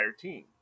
team